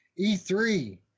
E3